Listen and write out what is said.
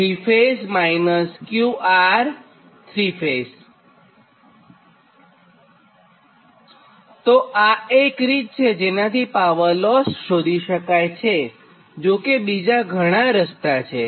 તો તો આ એક રીત છેજેનાથી પાવર લોસ શોધી શકાય છેજો કે બીજા ઘણા રસ્તા છે